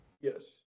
Yes